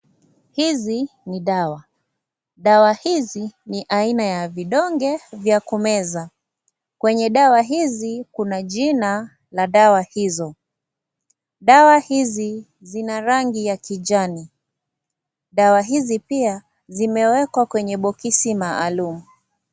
Hizi ni dawa, dawa hizi ni aina ya vidonge vya kumeza, kwenye dawa hizi kuna jina la dawa hizo, dawa hizi zina rangi ya kijani, dawa hizi pia zimewekwa kwenye bokisi maalum.